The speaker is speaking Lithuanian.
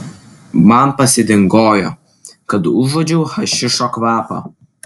man pasidingojo kad užuodžiau hašišo kvapą